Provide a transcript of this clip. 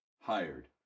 Hired